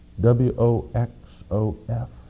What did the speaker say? W-O-X-O-F